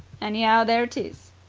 anyhow, there it is.